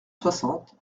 soixante